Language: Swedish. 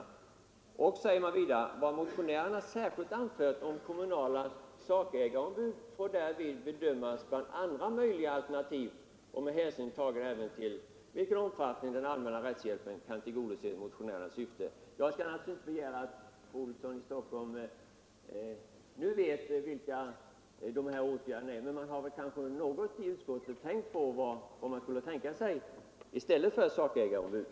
Vidare säger utskottet: ”Vad motionärerna särskilt anfört om kommunala sakägarombud får därvid bedömas bland andra möjliga alternativ och med hänsyn tagen även till i vilken omfattning den allmänna rättshjälpen kan tillgodose motionärernas syften.” Jag begär naturligtvis inte att fru Olsson i Hölö nu skall veta vilka åtgärder som betänkandet kan innehålla, men man har kanske i utskottet något resonerat om vad man skulle tänka sig i stället för sakägarombud.